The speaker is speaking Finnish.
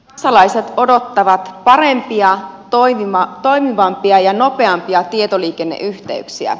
kansalaiset odottavat parempia toimivampia ja nopeampia tietoliikenneyhteyksiä